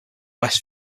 west